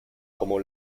como